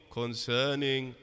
concerning